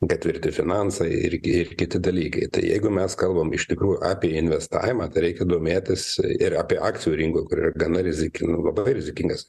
ketvirti finansai irgi ir kiti dalykai tai jeigu mes kalbam iš tikrųjų apie investavimą reikia domėtis ir apie akcijų rinkoj kur yra gana rizikinga labai rizikingas